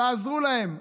תעזרו להן.